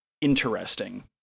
interesting